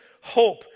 hope